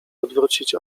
odwrócić